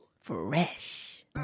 Fresh